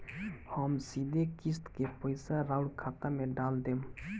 हम सीधे किस्त के पइसा राउर खाता में डाल देम?